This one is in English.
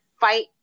fight